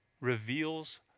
reveals